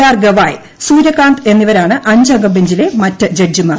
R Gavai Suryakant എന്നിവരാണ് അഞ്ചംഗ ബഞ്ചിലെ മറ്റ് ജഡ്ജിമാർ